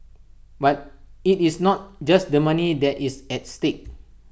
but IT is not just the money that is at stake